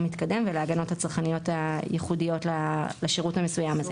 מתקדם ולהגנות צרכניות ייחודיות לשירות המסוים הזה.